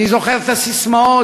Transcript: אני זוכר את הססמאות,